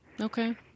Okay